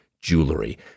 jewelry